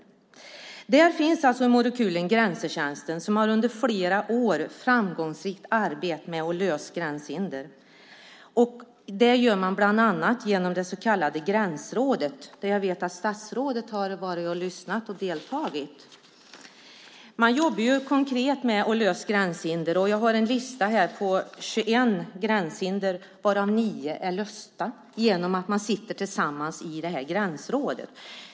I Värmland finns alltså Morokuliens grensetjänst som under flera år framgångsrikt har arbetet med att lösa gränshinder. Det gör man bland annat genom det så kallade gränsrådet, där jag vet att statsrådet har varit och lyssnat och deltagit. Man jobbar konkret med att lösa gränshinder. Jag har en lista här på 21 gränshinder, varav 9 har blivit lösta genom att man sitter tillsammans i gränsrådet.